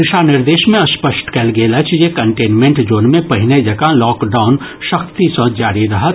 दिशा निर्देश मे स्पष्ट कयल गेल अछि जे कंटेनमेंट जोन मे पहिने जकां लॉकडाउन सख्ती सॅ जारी रहत